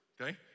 okay